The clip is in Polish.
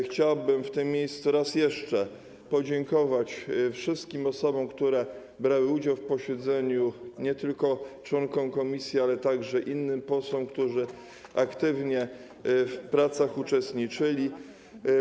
Chciałbym w tym miejscu raz jeszcze podziękować wszystkim osobom, które brały udział w posiedzeniu, nie tylko członkom komisji, ale także innym posłom, którzy aktywnie uczestniczyli w pracach.